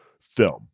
film